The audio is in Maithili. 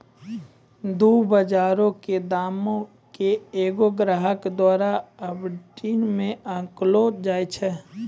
दु बजारो के दामो के एगो ग्राहको द्वारा आर्बिट्रेज मे आंकलो जाय छै